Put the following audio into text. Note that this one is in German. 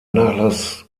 nachlass